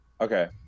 Okay